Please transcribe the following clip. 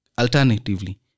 alternatively